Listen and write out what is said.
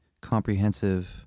comprehensive